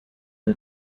der